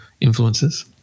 influences